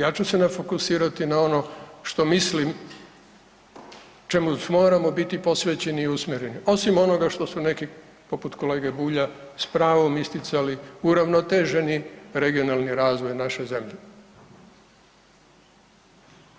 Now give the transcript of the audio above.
Ja ću se fokusirati na ono što mislim čemu moramo biti posvećeni i usmjereni osim onoga što su neki poput kolege Bulja s pravom isticali, uravnoteženi regionalni razvoj u našoj zemlji